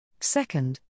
Second